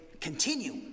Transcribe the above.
continue